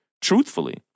truthfully